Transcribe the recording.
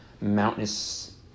mountainous